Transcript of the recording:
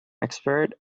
expert